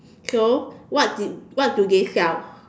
so what did what do they sell